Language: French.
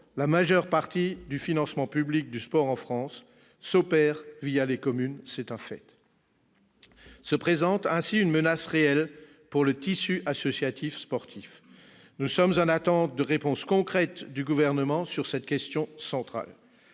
la majeure partie du financement public du sport en France s'opère les communes, c'est un fait. Se présente ainsi une menace réelle pour le tissu associatif sportif. Nous sommes en attente de réponses concrètes du Gouvernement sur cette question centrale.